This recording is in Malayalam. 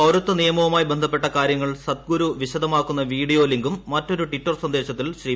പൌരത്വ നിയമവുമായി ബന്ധപ്പെട്ട കാര്യങ്ങൾ സദ്ഗുരു വിശദമാക്കുന്ന വീഡിയോ ലിങ്കും മറ്റൊരു ട്വിറ്റർ സന്ദേശത്തിൽ ശ്രീ